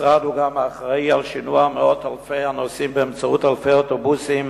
המשרד הוא גם האחראי לשינוע מאות אלפי הנוסעים באמצעות אלפי אוטובוסים